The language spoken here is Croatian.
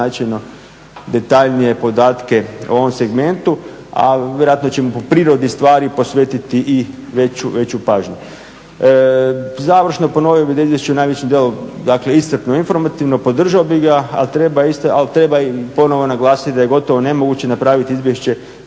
značajno detaljnije podatke ovom segmentu, ali vjerojatno će i po prirodi stvari posvetiti i veću pažnju. Završno, ponovio bih da izvješće najvećim dijelom, dakle istakne informativno, podržao bih ga, ali treba i ponovno naglasiti da je gotovo nemoguće napraviti izvješće